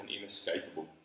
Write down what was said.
inescapable